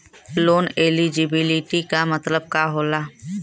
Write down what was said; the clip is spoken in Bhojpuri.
लोन एलिजिबिलिटी का मतलब का होला?